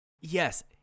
Yes